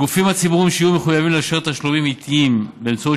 הגופים הציבוריים שיהיו מחויבים לאפשר תשלומים עיתיים באמצעות